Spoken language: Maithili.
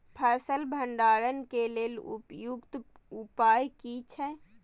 फसल भंडारण के लेल उपयुक्त उपाय कि छै?